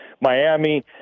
Miami